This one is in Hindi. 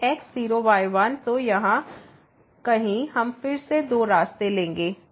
तो x 0 y 1 तो यहाँ कहीं हम फिर से दो रास्ते लेंगे